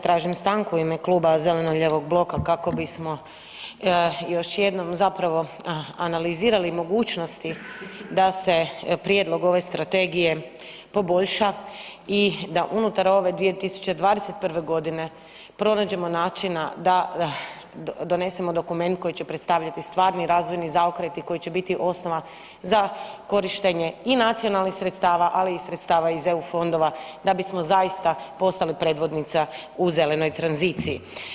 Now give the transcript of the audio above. Tražim stanku u ime kluba zeleno-lijevog bloka kako bi smo još jednom zapravo analizirali mogućnosti da se prijedlog ove strategije poboljša i da unutar ove 2021. g. pronađemo načina da donesemo dokument koji će predstavljati stvarni razvojni zaokret i koji će biti osnova za korištenje i nacionalnih sredstava ali i sredstava iz EU fondova da bi smo zaista postali predvodnica u zelenoj tranziciji.